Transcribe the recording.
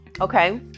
okay